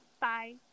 Bye